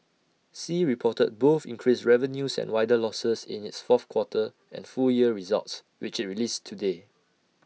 sea reported both increased revenues and wider losses in its fourth quarter and full year results which released today